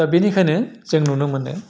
दा बेनिखायनो जों नुनो मोनो